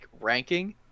ranking